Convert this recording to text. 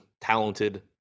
talented